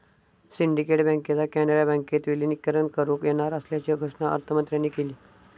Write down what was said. syndicate बँकेचा कॅनरा बँकेत विलीनीकरण करुक येणार असल्याची घोषणा अर्थमंत्र्यांन केली